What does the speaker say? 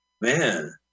Man